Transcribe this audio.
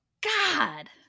God